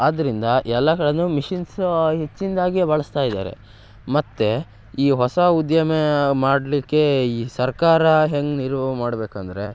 ಆದ್ದರಿಂದ ಎಲ್ಲ ಕಡೆನೂ ಮಿಷಿನ್ಸು ಹೆಚ್ಚಿಂದಾಗಿ ಬಳಸ್ತಾ ಇದ್ದಾರೆ ಮತ್ತು ಈ ಹೊಸ ಉದ್ಯಮ ಮಾಡಲಿಕ್ಕೆ ಈ ಸರ್ಕಾರ ಹೆಂಗೆ ನೆರ್ವು ಮಾಡಬೇಕಂದ್ರೆ